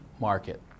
market